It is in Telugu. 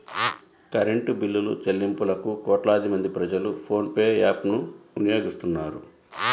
కరెంటు బిల్లులుచెల్లింపులకు కోట్లాది మంది ప్రజలు ఫోన్ పే యాప్ ను వినియోగిస్తున్నారు